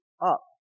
up